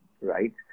right